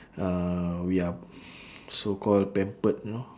uh we are so call pampered you know